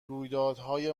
رویدادهای